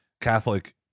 catholic